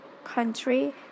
Country